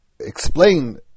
explain